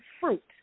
fruit